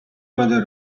mother